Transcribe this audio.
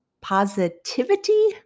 positivity